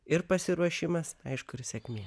ir pasiruošimas aišku ir sėkmė